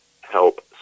help